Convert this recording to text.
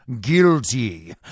guilty